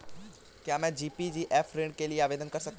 क्या मैं जी.पी.एफ ऋण के लिए आवेदन कर सकता हूँ?